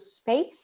space